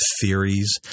theories